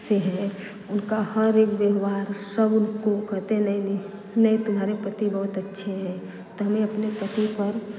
से हैं उनका हर एक व्यवहार सब उनको कहते है नहीं नहीं नहीं तुम्हारे पति बहुत अच्छे हैं तो हमें अपने पति पर